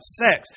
sex